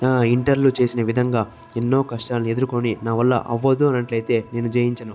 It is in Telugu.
ఇంటర్లో చేసేవిధంగా ఎన్నో కష్టాలు ఎదుర్కొని నా వల్ల అవ్వదు అన్నట్లు అయితే నేను జయించను